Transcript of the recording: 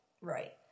right